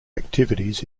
activities